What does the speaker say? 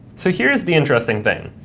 so here's the interesting thing.